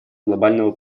глобального